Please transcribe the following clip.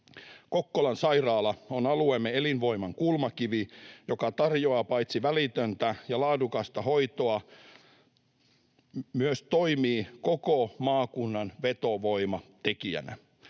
Kokkolan sairaala on alueemme elinvoiman kulmakivi, joka paitsi tarjoaa välitöntä ja laadukasta hoitoa myös toimii koko maakunnan vetovoimatekijänä.